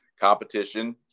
competition